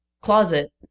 closet